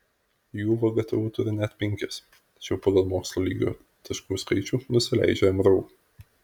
jų vgtu turi net penkis tačiau pagal mokslo lygio taškų skaičių nusileidžia mru